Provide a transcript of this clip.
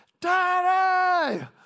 daddy